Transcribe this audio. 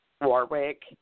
Warwick